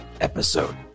episode